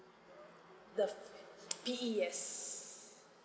the P_E yes